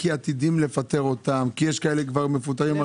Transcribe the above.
כי עתידים לפטר אותם, כי יש כאלה שכבר מפוטרים.